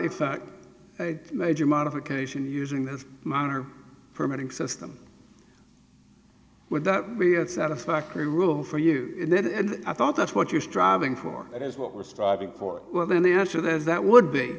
fact a major modification using this minor permitting system would that we had satisfactory rule for you and i thought that's what you're striving for that is what we're striving for well then the answer there is that would be